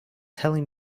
telling